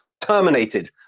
terminated